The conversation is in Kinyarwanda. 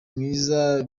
mwiza